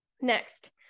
Next